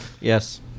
Yes